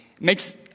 makes